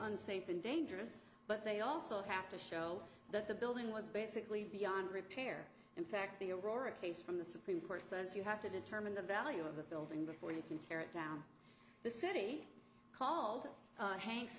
unsafe and dangerous but they also have to show that the building was basically beyond repair in fact the aurora case from the supreme court says you have to determine the value of the building before you can tear it down the city called hanks